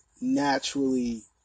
naturally